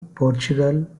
portugal